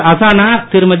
ஹசானா திருமதி